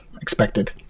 expected